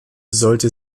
sollte